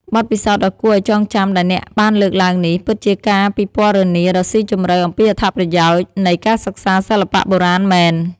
បទពិសោធន៍ដ៏គួរឱ្យចងចាំដែលអ្នកបានលើកឡើងនេះ ពិតជាការពិពណ៌នាដ៏ស៊ីជម្រៅអំពីអត្ថប្រយោជន៍នៃការសិក្សាសិល្បៈបុរាណមែន។